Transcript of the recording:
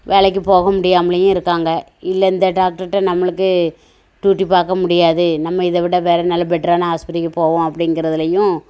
வேலைக்கு போக முடியாமலேயும் இருக்காங்க இல்லை இந்த டாக்ட்ருட்ட நம்மளுக்கு டூயூட்டி பார்க்க முடியாது நம்ம இதை விட வேறு நல்ல பெட்டரான ஆஸ்பத்திரிக்கு போவோம் அப்படிங்கறதுலையும்